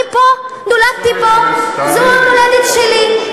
אני פה, נולדתי פה, זו המולדת שלי.